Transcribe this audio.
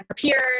prepared